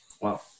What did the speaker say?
Wow